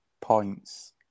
points